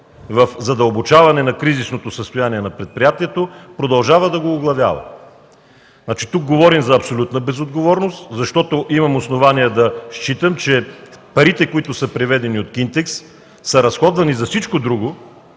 в задълбочаване на кризисното състояние на предприятието, продължава да го овладява? Тук говорим за абсолютна безотговорност, защото имам основание да считам, че парите, преведени от „Кинтекс”, са разходвани за всичко друго,